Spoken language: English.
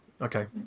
Okay